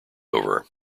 over